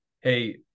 hey